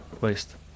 waste